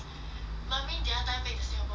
mummy the other time make singapore noodles [what]